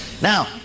Now